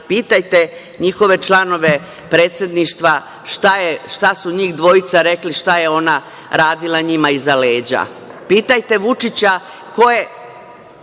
pitajte njihove članove predsedništva šta su njih dvojica rekli šta je ona radila njima iza leđa. Pitajte Vučića ko